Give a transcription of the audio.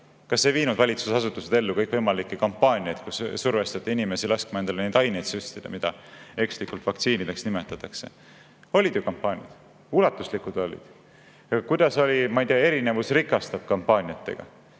Kas ei viinud valitsusasutused ellu kõikvõimalikke kampaaniaid, kus survestati inimesi laskma endale neid aineid süstida, mida ekslikult vaktsiinideks nimetatakse? Olid ju kampaaniad! Ulatuslikud olid! Kuidas oli, ma ei tea, "Erinevus rikastab" kampaaniatega,